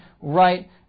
right